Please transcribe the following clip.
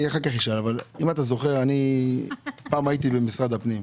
אם אתה זוכר, פעם הייתי במשרד הפנים.